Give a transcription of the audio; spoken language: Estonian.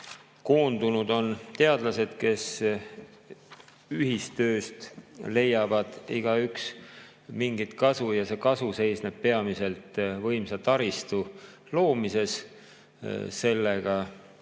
koondunud teadlased, kes ühistööst leiavad igaüks mingit kasu. See kasu seisneb peamiselt võimsa taristu loomises ja sellega